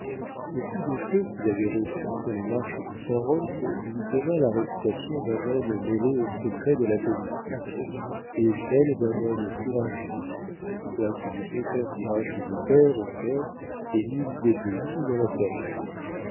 le coup de feu qu'il avait reçu sur les marches de saint-roch lui donna la réputation d'un homme mêlé aux secrets de la politique et celle d'un homme courageux quoiqu'il n'eût aucun courage militaire au cœur et nulle idée politique dans la cervelle